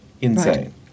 Insane